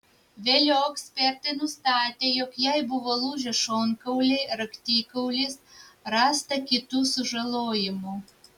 vėliau ekspertai nustatė jog jai buvo lūžę šonkauliai raktikaulis rasta kitų sužalojimų